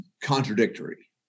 contradictory